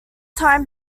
time